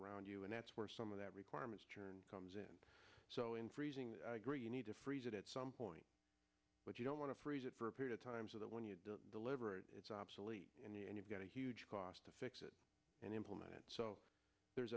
around you and that's where some of that requirements churn comes in so in freezing you need to freeze it at some point but you don't want to freeze it for a period of time so that when you do deliver it it's obsolete in the end you've got a huge cost to fix it and implement it so there's